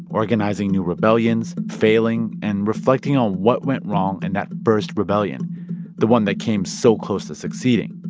organizing new rebellions, failing and reflecting on what went wrong in that first rebellion the one that came so close to succeeding.